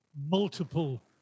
multiple